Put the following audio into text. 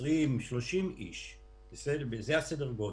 אתה יודע מה,